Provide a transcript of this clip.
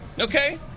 Okay